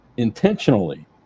intentionally